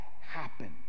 happen